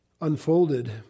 unfolded